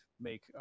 make